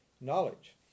knowledge